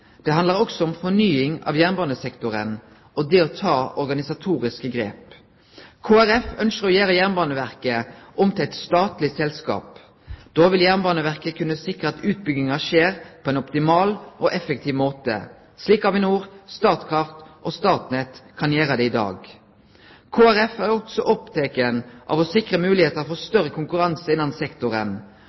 Det handlar også om fornying av jernbanesektoren og det å ta organisatoriske grep. Kristeleg Folkeparti ønskjer å gjere Jernbaneverket om til eit statleg selskap. Da vil Jernbaneverket kunne sikre at utbygginga skjer på ein optimal og effektiv måte – slik Avinor, Statkraft og Statnett kan gjere det i dag. Kristeleg Folkeparti er også oppteke av å sikre moglegheiter for større konkurranse innan sektoren,